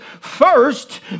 first